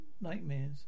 nightmares